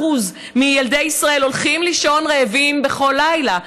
מילדי ישראל הולכים לישון רעבים בכל לילה,